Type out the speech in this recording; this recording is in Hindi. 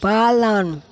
पालन